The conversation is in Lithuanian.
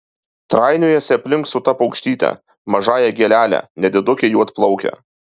trainiojasi aplink su ta paukštyte mažąja gėlele nediduke juodplauke